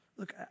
look